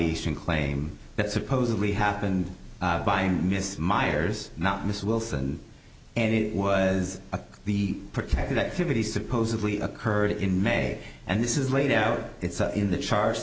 and claim that supposedly happened buying miss myers not miss wilson and it was a the protected activity supposedly occurred in may and this is laid out in the charge